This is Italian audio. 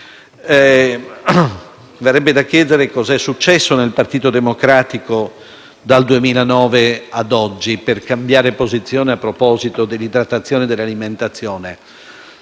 Verrebbe da chiedersi che cosa è successo nel Partito Democratico dal 2009 a oggi per cambiare posizione a proposito dell'idratazione e dell'alimentazione.